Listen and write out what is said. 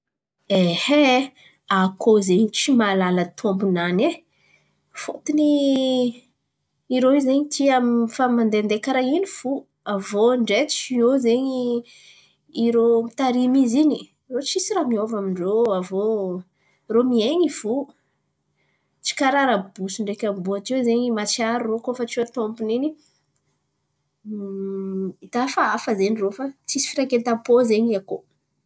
Akôho zen̈y tsy mahalala tômpon̈any fôtiny irô zen̈y tia, mandendeha karà in̈y fo. Aviô ndray tsy eo irô mitarimy azy in̈y irô tsisy raha miôva amin-drô avy eo irô miain̈y fo. Tsy karà rabosy ndraiky amboa teo zen̈y, hita hafahafa irô. Tsisy firaketam-pô zen̈y akôho.